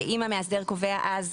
שאם המאסדר קובע אז?